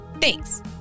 Thanks